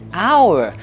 hour